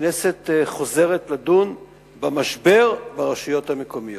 הכנסת חוזרת לדון במשבר ברשויות המקומיות.